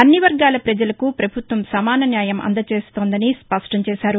అన్ని వర్గాల ప్రజలకు ప్రభుత్వం సమాన న్యాయం అందజేస్తోందని స్పష్టంచేశారు